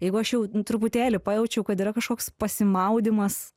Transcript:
jeigu aš jau truputėlį pajaučiau kad yra kažkoks pasimaudymas